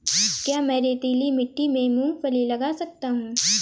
क्या मैं रेतीली मिट्टी में मूँगफली लगा सकता हूँ?